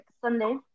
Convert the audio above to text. Sunday